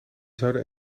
zouden